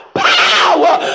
power